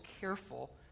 careful